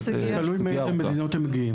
זה תלוי מאיזה מדינות הם מגיעים.